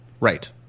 Right